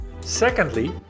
Secondly